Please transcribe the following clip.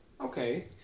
okay